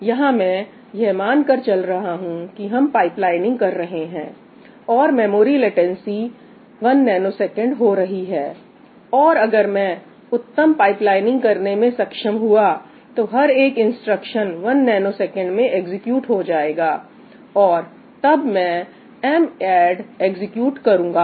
यहां मैं यह मानकर चल रहा हूं कि हम पाइपलाइनिंग कर रहे हैं और मेमोरी लेटेंसी 1ns हो रही है और अगर मैं उत्तम पाइपलाइनिंग करने में सक्षम हुआ तो हर एक इंस्ट्रक्शन 1 ns में एग्जीक्यूट हो जाएगा और तब मैं madd एग्जीक्यूट करूंगा